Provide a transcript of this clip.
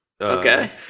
Okay